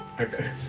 Okay